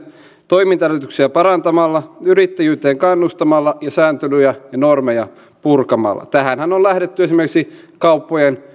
toimintaedellytyksiä parantamalla yrittäjyyteen kannustamalla ja sääntelyjä ja normeja purkamalla tähänhän on lähdetty esimerkiksi kauppojen